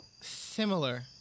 Similar